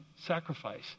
sacrifice